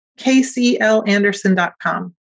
KClanderson.com